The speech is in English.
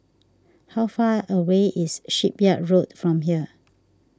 how far away is Shipyard Road from here